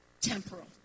Temporal